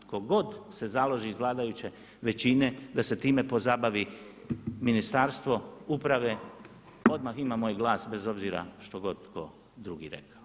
Tko god se založi iz vladajuće većine da se time pozabavi Ministarstvo uprave odmah ima moj glas bez obzira što god tko drugi rekao.